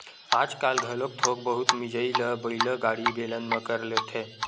आजकाल घलोक थोक बहुत मिजई ल बइला गाड़ी, बेलन म कर लेथे